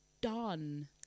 done